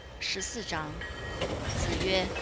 shi si zhang zi yue,